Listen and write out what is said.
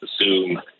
assume